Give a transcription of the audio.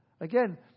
Again